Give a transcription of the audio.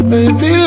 Baby